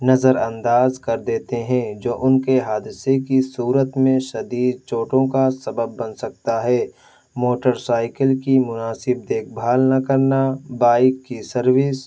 نظر انداز کر دیتے ہیں جو ان کے حادثے کی صورت میں شدید چوٹوں کا سبب بن سکتا ہے موٹرسائیکل کی مناسب دیکھ بھال نہ کرنا بائک کی سروس